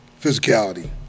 physicality